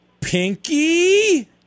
Pinky